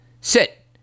sit